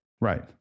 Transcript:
Right